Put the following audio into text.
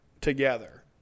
together